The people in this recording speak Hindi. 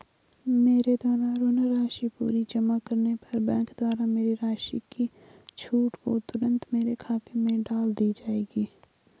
मेरे द्वारा ऋण राशि पूरी जमा करने पर बैंक द्वारा मेरी राशि की छूट को तुरन्त मेरे खाते में डाल दी जायेगी?